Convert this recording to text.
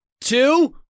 two